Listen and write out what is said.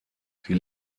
sie